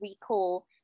recall